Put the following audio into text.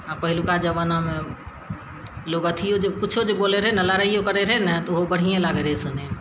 आओर पहिलुका जमानामे लोग अथियो जे कुछो जे बोलय रहय ने लड़ाइयो करय रहय ने तऽ ओहो बढ़ियें लागय रहय सुनयमे